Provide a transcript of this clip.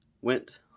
went